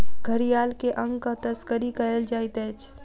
घड़ियाल के अंगक तस्करी कयल जाइत अछि